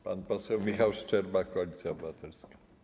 Pan poseł Michał Szczerba, Koalicja Obywatelska.